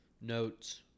notes